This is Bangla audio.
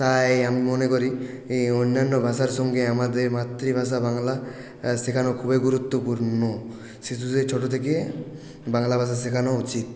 তাই আমি মনে করি অন্যান্য ভাষার সঙ্গে আমাদের মাতৃভাষা বাংলা শেখানো খুবই গুরুত্বপূর্ণ শিশুদের ছোটো থেকে বাংলা ভাষা শেখানো উচিত